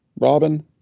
Robin